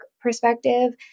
perspective